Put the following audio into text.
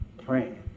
praying